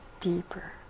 deeper